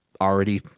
already